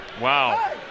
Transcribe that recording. Wow